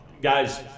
guys